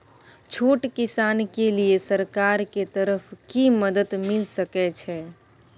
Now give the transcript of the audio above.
छोट किसान के लिए सरकार के तरफ कि मदद मिल सके छै?